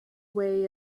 way